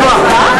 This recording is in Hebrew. להבין,